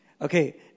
Okay